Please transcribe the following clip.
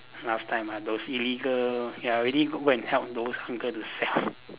last time ah those illegal ya I really go and help those uncles to sell